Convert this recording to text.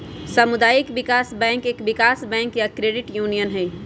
सामुदायिक विकास बैंक एक विकास बैंक या क्रेडिट यूनियन हई